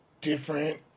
different